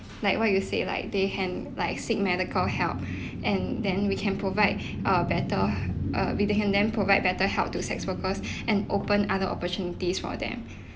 like what you say they can like seek medical help and then we can provide err better err we can then provide better help to sex workers and open other opportunities for them